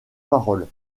parole